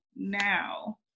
now